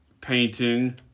painting